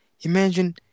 Imagine